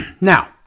Now